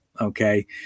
Okay